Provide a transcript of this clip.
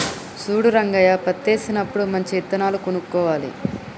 చూడు రంగయ్య పత్తేసినప్పుడు మంచి విత్తనాలు కొనుక్కోవాలి